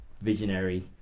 visionary